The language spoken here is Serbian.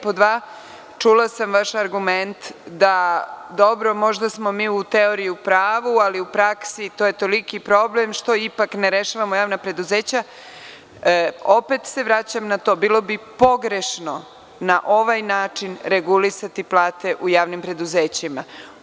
Pod dva, čula sam vaš argument da dobro, možda smo mi u teoriji u pravu, ali u praksi to je toliki problem što ipak ne rešavamo javna preduzeća i opet se vraćam na to, jer, bilo bi pogrešno na ovaj način regulisati plate u javnim preduzećima.